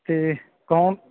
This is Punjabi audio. ਤੇ ਕੌਣ